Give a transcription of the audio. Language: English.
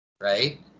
Right